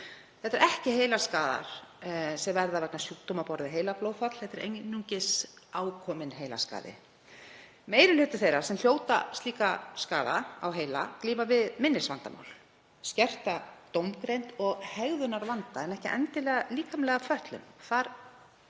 er um að ræða heilaskaða vegna sjúkdóma á borð við heilablóðfall, heldur einungis ákominn heilaskaða. Meiri hluti þeirra sem hljóta slíkan skaða á heila glímir við minnisvandamál, skerta dómgreind og hegðunarvanda en ekki endilega líkamlega fötlun.